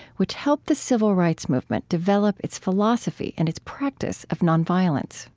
which helped the civil rights movement develop its philosophy and its practice of nonviolence